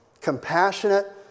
compassionate